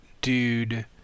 dude